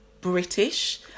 British